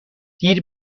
دیر